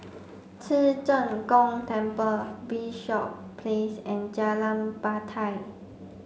Ci Zheng Gong Temple Bishop Place and Jalan Batai